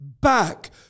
back